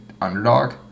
underdog